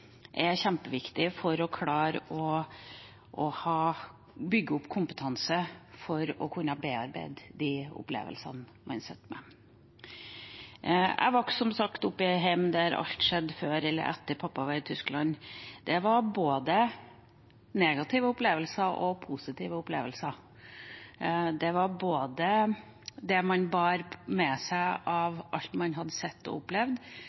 er også kjempeviktig for å klare å bygge opp kompetanse for å kunne bearbeide de opplevelsene man sitter med. Jeg vokste som sagt opp i et hjem der alt skjedde før eller etter at pappa var i Tyskland. Det var både negative opplevelser og positive opplevelser. Det var det man bar med seg av alt man hadde sett og opplevd,